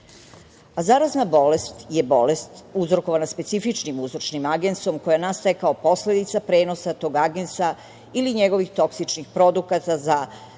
bolesti. Zarazna bolest je bolest uzrokovana specifičnim uzročnim agensom koje nastaje kao posledica prenosa tog agensa ili njegovih toksičnih produkata za zaražene